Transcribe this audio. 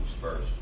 first